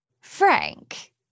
Frank